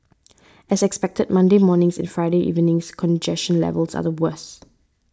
as expected Monday morning's and Friday's evening's congestion levels are the worse